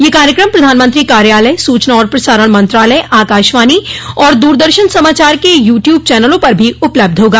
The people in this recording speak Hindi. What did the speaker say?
यह कार्यक्रम प्रधानमंत्री कार्यालय सूचना और प्रसारण मंत्रालय आकाशवाणी और दूरदर्शन समाचार के यू ट्यूब चनलों पर भी उपलब्ध होगा